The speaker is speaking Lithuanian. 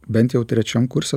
bent jau trečiam kurse